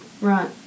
Right